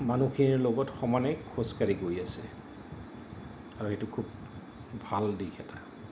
মানুহখিনিৰ লগত সমানে খোজকাঢ়ি গৈ আছে আৰু এইটো খুব ভাল দিশ এটা